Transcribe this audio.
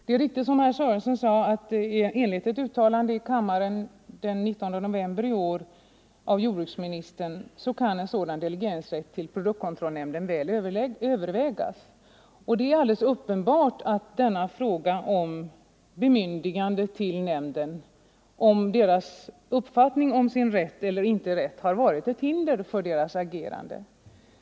Det är riktigt, som herr Sörenson sade, att enligt ett uttalande i kammaren av jordbruksministern den 19 november i år kan en sådan rätt att delegera till produktkontrollnämnden väl övervägas. Och det är alldeles uppenbart att denna fråga om bemyndigande till nämnden och dess uppfattning om sin rätt — eller inte rätt — har varit ett hinder för dess agerande.